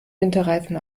winterreifen